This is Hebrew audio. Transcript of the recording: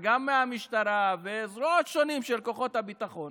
וגם מהמשטרה ומזרועות שונות של כוחות הביטחון